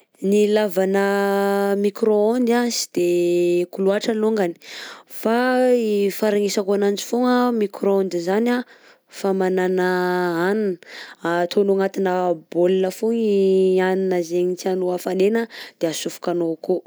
Ny ilavana micro-ondes sy de haiko loatra alongany fa i faharegnesako ananjy foagna micro-ondes izany anh famanana hanina, atanao agnatinà bôla foagna i hanina zaigny tianao hafanaina de asofokanao akao.